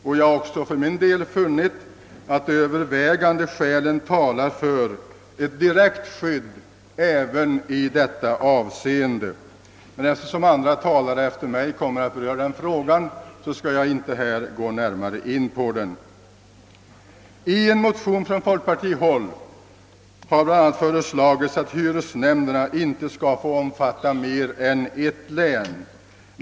Jag har också för min del funnit övervägande skäl tala för ett direkt skydd i detta avseende. Eftersom andra talare kommer att närmare beröra denna fråga, skall jag dock inte nu gå närmare in på den. I en motion från folkpartihåll har bl.a. föreslagits att hyresnämnderna icke skall få omfatta mer än ett län.